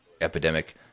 epidemic